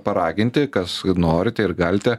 paraginti kas norite ir galite